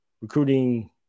recruiting